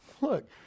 Look